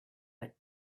but